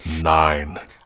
Nine